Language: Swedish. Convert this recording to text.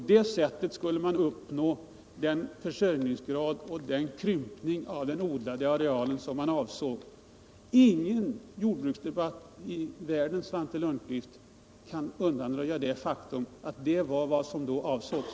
På det sättet skulle man uppnå den försörjningsgrad och den krympning av den odlade arealen som man avsåg. Ingen jordbruksdebatt i världen, Svante Lundkvist, kan undanröja det faktum att detta var vad som då avsågs.